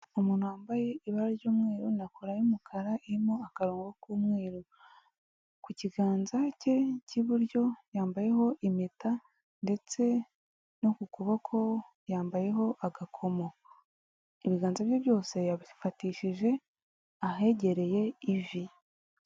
Umuntu wambaye ibara ry'umweru na kora y'umukara irimo akarongo k'umweru, ku kiganza cye cy'iburyo yambayeho impeta ndetse no ku kuboko yambayeho agakomo. Ibiganza bye byose yabifatishije ahegereye ivi.